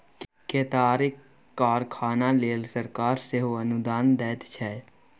केतारीक कारखाना लेल सरकार सेहो अनुदान दैत छै